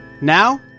Now